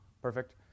Perfect